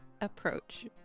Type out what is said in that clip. approach